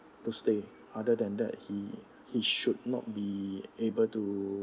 to stay other than that he he should not be able to